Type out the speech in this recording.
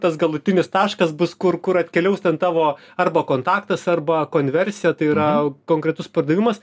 tas galutinis taškas bus kur kur atkeliaus ten tavo arba kontaktas arba konversija tai yra konkretus pardavimas